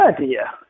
idea